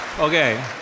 Okay